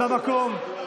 במקום.